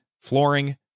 flooring